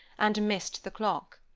and missed the clock.